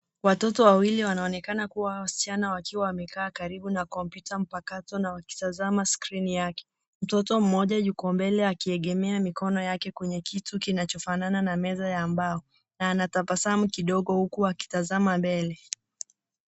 Watoto wawili wanaonekana kuwa wasichana wakiwa wamekaa karibu na kompyuta mpakato na wakitazama skirini yake. Mtoto mmoja yuko mbele akiegemea mikono yake kwenye kitu kinachofanana na meza ya mbao na anatabasamu kidogo huku akitazama mbele.